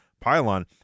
pylon